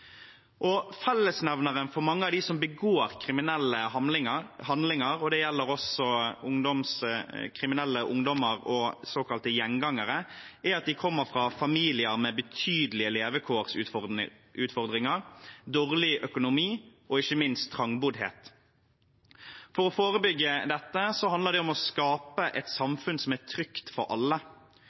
Fellesnevneren for mange av dem som begår kriminelle handlinger, det gjelder også kriminelle ungdommer og såkalte gjengangere, er at de kommer fra familier med betydelige levekårsutfordringer, dårlig økonomi og ikke minst trangboddhet. Å forebygge dette handler om å skape et samfunn som er trygt for alle,